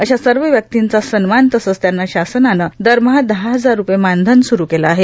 अशा सर्व व्यक्तींचा सन्मान तसेच त्यांना शासनाने दरमाह दहा हजार रुपये मानधन सुरु केले आहे